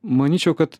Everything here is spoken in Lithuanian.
manyčiau kad